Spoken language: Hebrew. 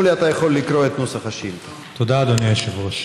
ברשות יושב-ראש